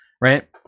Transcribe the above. right